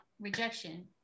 rejection